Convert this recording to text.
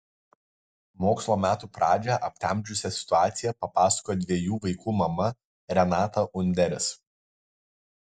mokslo metų pradžią aptemdžiusią situaciją papasakojo dviejų vaikų mama renata underis